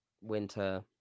Winter